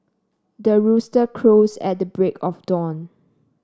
the rooster crows at the break of dawn